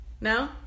No